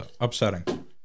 upsetting